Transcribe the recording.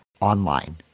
online